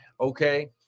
okay